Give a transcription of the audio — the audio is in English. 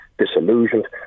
disillusioned